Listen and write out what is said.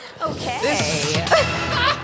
Okay